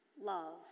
love